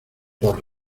por